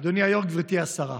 אדוני היו"ר, גברתי השרה,